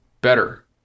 better